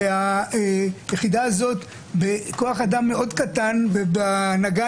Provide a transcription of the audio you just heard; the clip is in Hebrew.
והיחידה הזאת בכוח-אדם מאוד קטן ובהנהגה